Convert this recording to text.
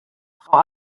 frau